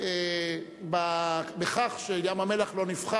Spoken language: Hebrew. בדיעבד, אחרי שהוא הצביע נגד,